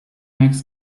max